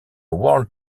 world